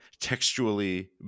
textually